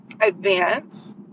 advance